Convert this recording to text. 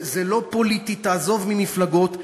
זה לא פוליטי, תעזוב ממפלגות.